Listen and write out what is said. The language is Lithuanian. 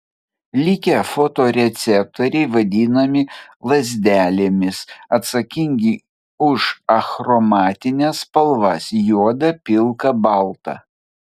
likę fotoreceptoriai vadinami lazdelėmis atsakingi už achromatines spalvas juodą pilką baltą